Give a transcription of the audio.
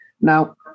Now